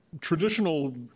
traditional